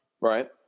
Right